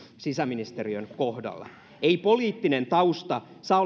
sisäministeriön kohdalla ei poliittinen tausta saa